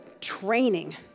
training